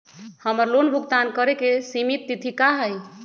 हमर लोन भुगतान करे के सिमित तिथि का हई?